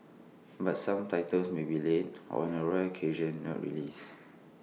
but some titles may be late or on A rare occasion not released